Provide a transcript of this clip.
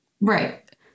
Right